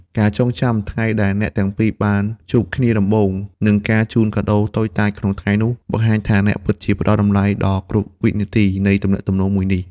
ការចងចាំថ្ងៃដែលអ្នកទាំងពីរបានជួបគ្នាដំបូង និងការជូនកាដូតូចតាចក្នុងថ្ងៃនោះ បង្ហាញថាអ្នកពិតជាផ្ដល់តម្លៃដល់គ្រប់វិនាទីនៃទំនាក់ទំនងមួយនេះ។